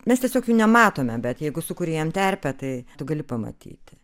mes tiesiog jų nematome bet jeigu sukuri jiem terpę tai tu gali pamatyti